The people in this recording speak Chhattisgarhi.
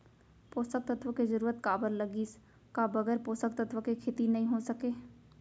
पोसक तत्व के जरूरत काबर लगिस, का बगैर पोसक तत्व के खेती नही हो सके?